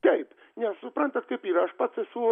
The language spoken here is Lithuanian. taip nes suprantat kaip yra aš pats esu